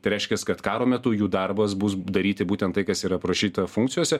tai reiškias kad karo metu jų darbas bus daryti būtent tai kas yra aprašyta funkcijose